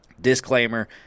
disclaimer